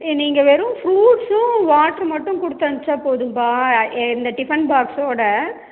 நீங்கள் வெறும் ஃப்ருட்ஸும் வாட்ரு மட்டும் கொடுத்து அனுப்பிச்சா போதுப்பா இந்த டிஃபன் பாக்ஸோடு